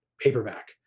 paperback